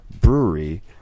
Brewery